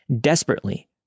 desperately